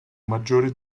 maggiore